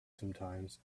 sometimes